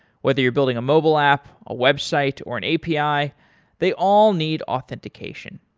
whether you're building a mobile app, a website, or an api, they all need authentication.